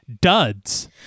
duds